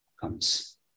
comes